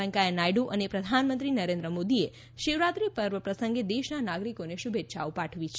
વૈંકેથા નાયડ઼ અને પ્રધાનમંત્રી નરેન્દ્ર મોદીએ શિવરાત્રી પર્વ પ્રસંગે દેશના નાગરિકોને શુભેચ્છાઓ પાઠવી છે